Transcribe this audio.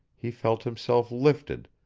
he felt himself lifted,